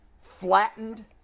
flattened